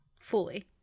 Fully